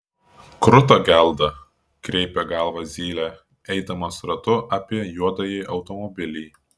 kruta gelda kraipė galvą zylė eidamas ratu apie juodąjį automobilį